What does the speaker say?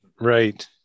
right